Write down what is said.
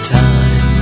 time